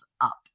up